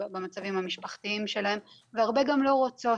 במצבים המשפחתיים שלהן והרבה מהן גם לא רוצות,